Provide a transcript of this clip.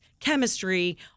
Chemistry